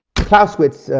clausewitz,